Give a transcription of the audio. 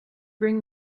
bring